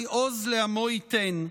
ה' עוז לעמו ייתן,